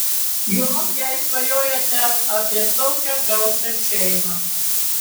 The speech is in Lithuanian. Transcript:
juolab jei svajojate apie tokią gausią šeimą